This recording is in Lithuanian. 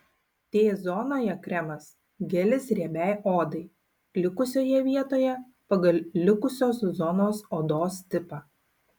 t zonoje kremas gelis riebiai odai likusioje vietoje pagal likusios zonos odos tipą